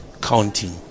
counting